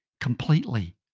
completely